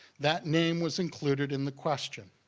that name was included in the question.